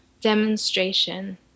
demonstration